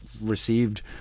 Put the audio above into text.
received